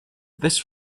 this